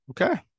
Okay